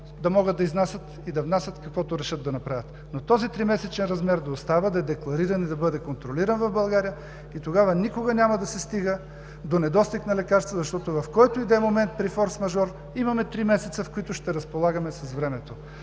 да могат да изнасят и да внасят, каквото решат да направят. Но този тримесечен размер да остава, да е деклариран и да бъде контролиран в България. Тогава никога няма да се стига до недостиг на лекарства, защото в който и да е момент при форс мажор имаме три месеца, в които ще разполагаме с времето.